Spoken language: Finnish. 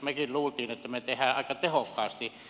mekin luulimme että me teemme aika tehokkaasti